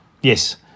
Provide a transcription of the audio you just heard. yes